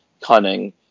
cunning